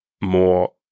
more